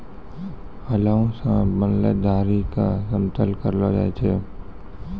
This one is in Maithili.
हलो सें बनलो धारी क समतल करलो जाय छै?